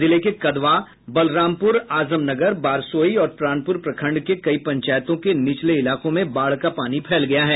जिले के कदवा बलरामपुर आजमनगर बारसोई और प्राणपुर प्रखंड के कई पंचायतों के निचले इलाकों में बाढ़ का पानी फैल गया है